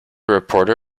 reporter